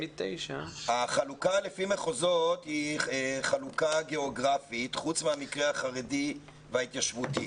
החלוקה לפי מחוזות היא חלוקה גאוגרפית חוץ מהמקרה החרדי וההתיישבותי.